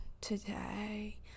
today